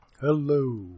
Hello